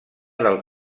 del